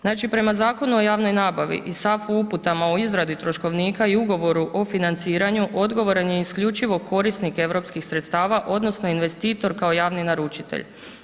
Znači prema Zakonu o javnoj nabavi i SAFU uputama o izradi troškovnika i ugovoru o financiranju, odgovoran je isključivo korisnik EU sredstava, odnosno investitor kao javni naručitelj.